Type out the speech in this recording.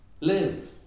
live